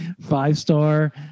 five-star